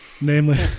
Namely